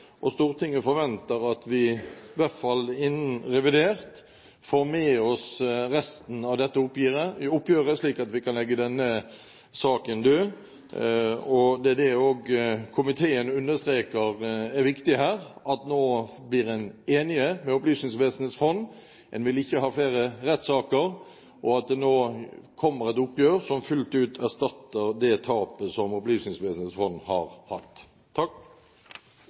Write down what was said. ferdig. Stortinget forventer at man i hvert fall innen behandlingen av revidert budsjett får med resten av dette oppgjøret, slik at vi kan legge denne saken død. Det er også dette komiteen understreker er viktig her, at en blir en enig med Opplysningsvesenets fond – en vil ikke ha flere rettssaker – og at det kommer et oppgjør som fullt ut erstatter det tapet som Opplysningsvesenets fond har hatt.